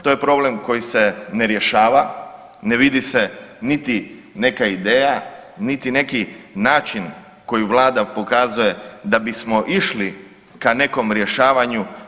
To je problem koji se ne rješava, ne vidi se niti neka ideja, niti neki način koji Vlada pokazuje da bismo išli ka nekom rješavanju.